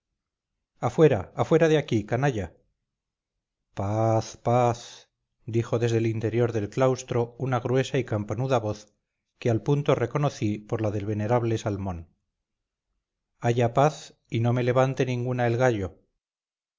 afuera afuera de aquí canalla paz paz dijo desde el interior del claustrouna gruesa y campanuda voz que al punto reconocí por la del venerable salmón haya paz y no me levante ninguna el gallo